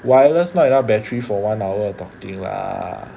wireless not enough battery for one hour talking lah